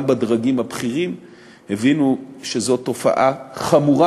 גם בדרגים הבכירים הבינו שזאת תופעה חמורה